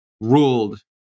ruled